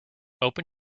open